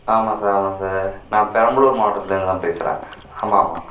ஆமாம் சார் ஆமாம் சார் நான் பெரம்பலூர் மாவட்டத்திலருந்து தான் பேசுகிறேன் ஆமாம் ஆமாம்